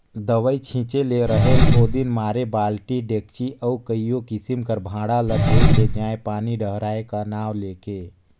दवई छिंचे ले रहेल ओदिन मारे बालटी, डेचकी अउ कइयो किसिम कर भांड़ा ल धइर के जाएं पानी डहराए का नांव ले के